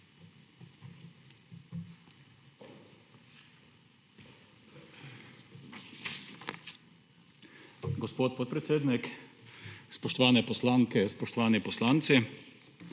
Gospod podpredsednik, spoštovane poslanke, spoštovani poslanci,